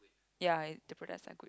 ya the products are good